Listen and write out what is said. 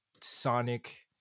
sonic